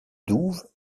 douves